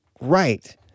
right